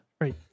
right